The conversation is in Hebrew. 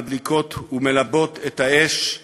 מדליקות ומלבות את האש,